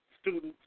students